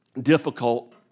difficult